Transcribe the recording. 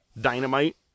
Dynamite